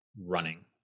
running